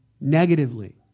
negatively